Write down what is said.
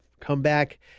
comeback